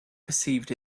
perceived